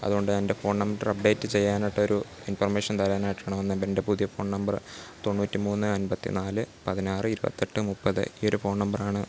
അതുകൊണ്ട് എൻ്റെ phone number update ചെയ്യാനായിട്ടൊരു ഇൻഫോർമേഷൻ തരാനായിട്ടാണ് വന്നേ അപ്പോൾ എൻ്റെ പുതിയ ഫോൺ നമ്പർ തൊണ്ണൂറ്റി മൂന്ന് അൻപത്തിനാല് പതിനാറ് ഇരുപത്തെട്ട് മുപ്പത് ഈയൊരു ഫോൺ നമ്പറാണ്